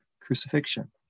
Crucifixion